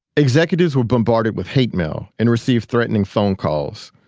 executives were bombarded with hate mail and received threatening phone calls.